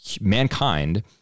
mankind